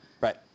right